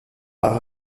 par